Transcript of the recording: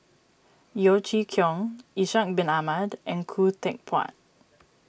Yeo Chee Kiong Ishak Bin Ahmad and Khoo Teck Puat